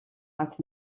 als